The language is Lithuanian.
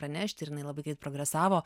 pranešti ir jinai labai greit progresavo